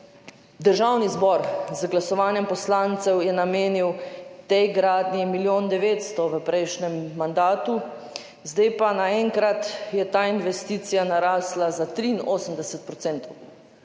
Državni zbor z glasovanjem poslancev je namenil tej gradnji milijon 900 v prejšnjem mandatu, zdaj pa je naenkrat ta investicija narasla za 83 %.